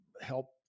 help